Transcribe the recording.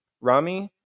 Rami